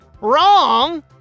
Wrong